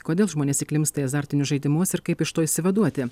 kodėl žmonės įklimpsta į azartinius žaidimus ir kaip iš to išsivaduoti